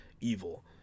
evil